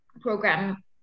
program